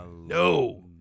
No